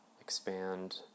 expand